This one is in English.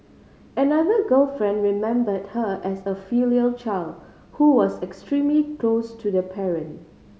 another girlfriend remembered her as a filial child who was extremely close to the parent